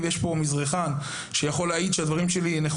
ויש פה מזרחן שיכול לאשר את אמיתות הדברים שלי.